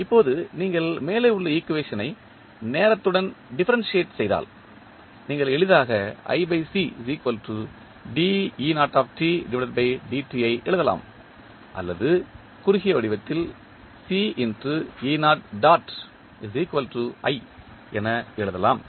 இப்போது நீங்கள் மேலே உள்ள ஈக்குவேஷன் ஐ நேரத்துடன் டிஃப்பரென்ஷியேட் செய்தால் நீங்கள் எளிதாக ஐ எழுதலாம் அல்லது குறுகிய வடிவத்தில் என எழுதலாம்